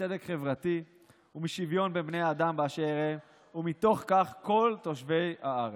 מצדק חברתי ומשוויון בין בני אדם באשר הם ומתוך כך כל תושבי הארץ.